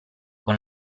con